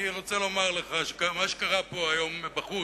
אני רוצה לומר לך, מה שקרה פה היום בחוץ,